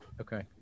Okay